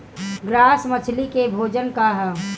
Grass मछली के भोजन का ह?